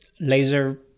laser